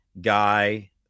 guy